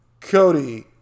Cody